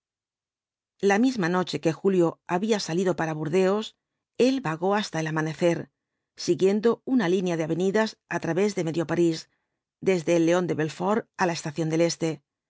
la misma noche que julio había salido para burdeos él vagó hasta el amanecer siguiendo una línea de avenidas á través de medio parís desde el león de belí'ort á la estación del este